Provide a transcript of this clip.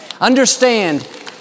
Understand